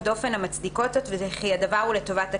דופן המצדיקות זאת וכי הדבר הוא לטובת הקטין.